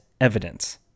evidence